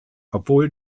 obwohl